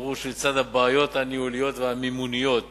ברור שלצד הבעיות הניהוליות והמימוניות